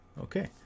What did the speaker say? Okay